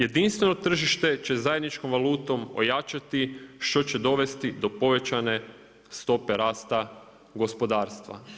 Jedinstveno tržište će zajedničkom valutom ojačati, što će dovesti do povećane stope rasta gospodarstva.